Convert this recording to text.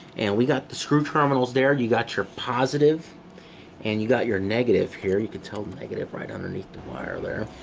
we got the screw terminals there. you got your positive and you got your negative here. you can tell the negative right underneath wire there.